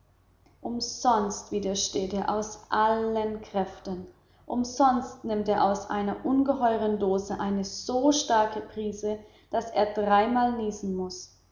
umsonst widersteht er aus allen kräften umsonst nimmt er aus einer ungeheuren dose eine so starke prise daß er dreimal niesen muß